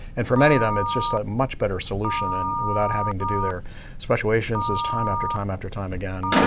and for many of them it's just a much better solution and without having to do their speciations is time after time after time again.